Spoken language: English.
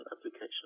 application